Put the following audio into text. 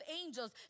angels